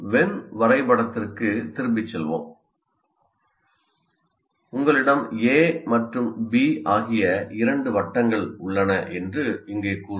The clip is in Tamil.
வென் வரைபடத்திற்குத் திரும்பிச் செல்வோம் உங்களிடம் A மற்றும் B ஆகிய இரண்டு வட்டங்கள் உள்ளன என்று இங்கே கூறுவோம்